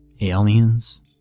Aliens